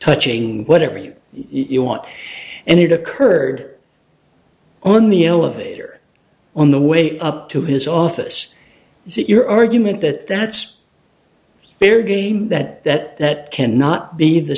touching whatever you want and it occurred on the elevator on the way up to his office is it your argument that that's fair game that that that cannot be the